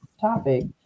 topic